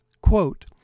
Quote